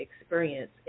experience